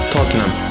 Tottenham